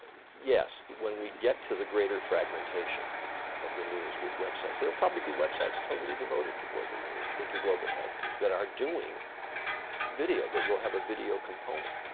yes, when we get to the greater fragmentation of the news with websites. there will probably be websites totally devoted to global news, to global health, that are doing video. that will have a video component.